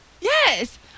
Yes